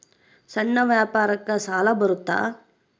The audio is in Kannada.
ಸಣ್ಣ ವ್ಯಾಪಾರಕ್ಕ ಸಾಲ ಬರುತ್ತಾ?